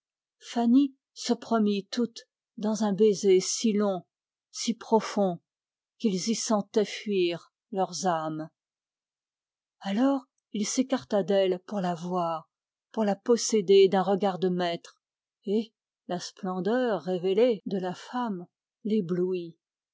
fanny se promit toute dans un baiser si profond qu'ils y sentaient fuir leurs âmes alors il s'écarta d'elle pour la posséder d'un regard de maître et la splendeur révélée de la femme l'éblouit